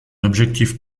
objectif